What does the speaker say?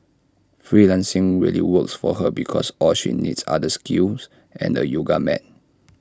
freelancing really works for her because all she needs are the skills and A yoga mat